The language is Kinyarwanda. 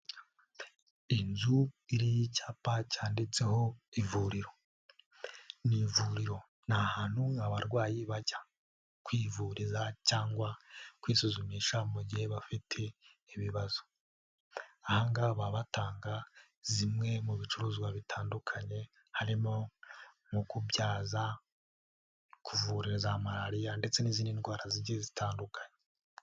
Inzu iriho icyapa cyanditseho ivuriro. Ni ivuriro ni ahantu abarwayi bajya kwivuriza cyangwa kwisuzumisha mu gihe bafite ibibazo, ahangaha baba batanga zimwe mu bicuruzwa bitandukanye, harimo nko kubyaza kuvura za malariya ndetse n'izindi ndwara zigiye zitandukanye.